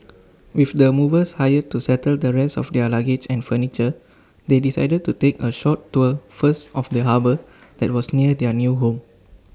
with the movers hired to settle the rest of their luggage and furniture they decided to take A short tour first of the harbour that was near their new home